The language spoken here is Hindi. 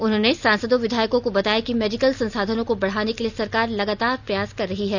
उन्होंने सांसदों विधायकों को बताया कि मेडिकल संसाधनों को बढ़ाने के लिए सरकार लगातार प्रयास कर रही है